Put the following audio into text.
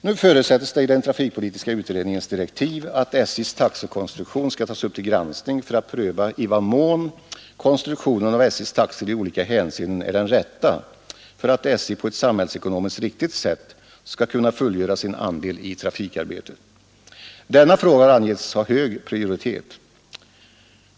Nu förutsätts det i den trafikpolitiska utredningens direktiv att SJ:s taxekonstruktion skall tas upp till granskning och att utredningen skall pröva i vad mån konstruktionen av SJ:s taxor i olika hänseenden är den rätta för att SJ på ett samhällsekonomiskt riktigt sätt skall kunna fullgöra sin andel i trafikarbetet. Denna fråga har angetts ha hög prioritet.